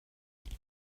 نگفتن